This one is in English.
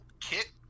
Kit